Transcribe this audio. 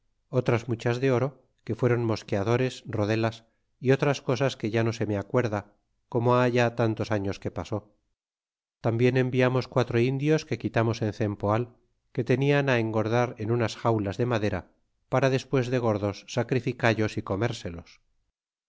otras muchas de oro que fueron mosqueadores rodelas y otras cosas que ya no se me acuerda como ha ya tantos años que pasó tambien enviamos quatro indios que quitamos en cempoal que tenian á engordar en unas jaulas de madera para despues de gordos sacrittcallos y comérselos